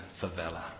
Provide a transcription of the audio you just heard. favela